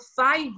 five